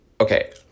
Okay